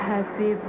Happy